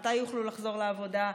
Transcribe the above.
מתי יוכלו לחזור לעבודה,